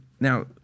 now